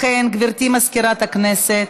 לכן, גברתי מזכירת הכנסת,